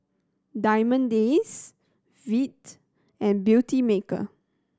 Diamond Days Veet and Beautymaker